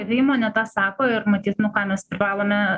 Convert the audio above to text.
ir įmonė tą sako ir matyt nu ką mes privalome